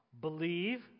Believe